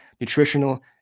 nutritional